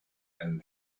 and